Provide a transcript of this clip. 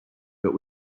but